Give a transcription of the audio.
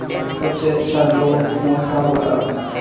सबसे अच्छा लोन कौन सा होला?